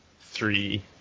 three